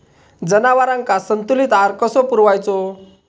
जनावरांका संतुलित आहार कसो पुरवायचो?